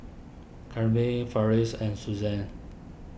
Kamryn Farris and Suzann